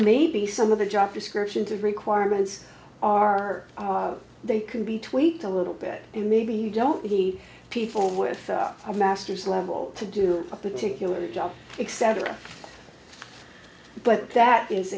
maybe some of the job descriptions of requirements are they can be tweaked a little bit and maybe you don't hae people with a master's level to do a particular job except but that is